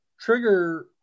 trigger